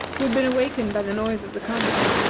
who had been awakened by the noise of the combat,